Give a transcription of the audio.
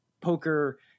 poker